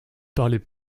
parlait